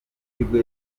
ntabwo